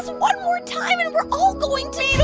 one more time and we're all going to.